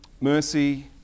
Mercy